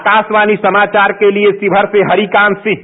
आकाशवाणी समाचार के लिए शिवहर से हरिकांत सिंह